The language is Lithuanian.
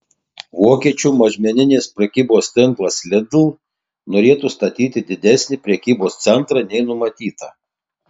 vokiečių mažmeninės prekybos tinklas lidl norėtų statyti didesnį prekybos centrą nei numatyta